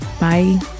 Bye